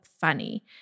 funny